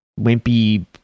wimpy